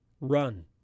Run